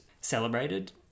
celebrated